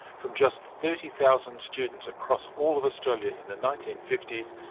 from just thirty thousand students across all of australia in the nineteen fifty s,